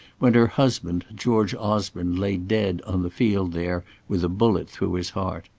when her husband, george osborne, lay dead on the field there, with a bullet through his heart.